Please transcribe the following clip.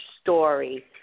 story